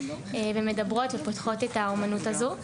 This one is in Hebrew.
מדברות ופותחות את האומנות הזו.